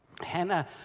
Hannah